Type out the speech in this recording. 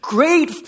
Great